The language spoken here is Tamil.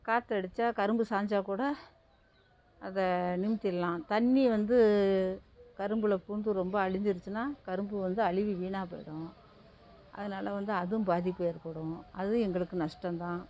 காற்றதடிச்சா கரும்பு சாஞ்சா கூட அதை நிமித்திர்லாம் தண்ணி வந்து கரும்பில் பூந்து ரொம்ப அழிஞ்சிருச்சின்னா கரும்பு வந்து அழுவி வீணாக போயிடும் அதனால வந்து அதுவும் பாதிப்பு ஏற்படும் அதுவும் எங்களுக்கு நஷ்டம் தான்